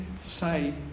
say